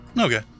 okay